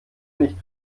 nicht